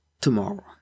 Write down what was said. tomorrow